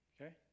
Okay